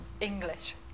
English